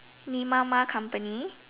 你妈妈 company